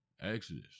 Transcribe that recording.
Exodus